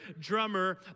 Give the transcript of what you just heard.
drummer